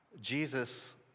Jesus